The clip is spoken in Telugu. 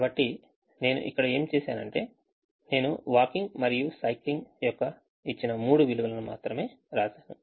కాబట్టి నేను ఇక్కడ ఏమి చేశానంటే నేను వాకింగ్ మరియు సైక్లింగ్ యొక్క ఇచ్చిన మూడు విలువలను మాత్రమే వ్రాశాను